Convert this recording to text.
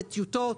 בטיוטות.